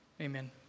Amen